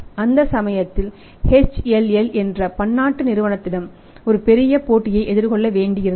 அந்த சமயத்தில் HLL என்ற பன்னாட்டு நிறுவனத்திடம் ஒரு பெரிய போட்டியை எதிர்கொள்ள வேண்டியிருந்தது